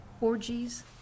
orgies